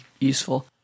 useful